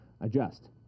Adjust